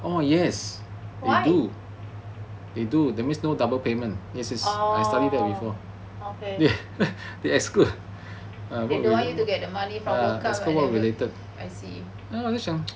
why orh okay they don't want you to get the money from both I see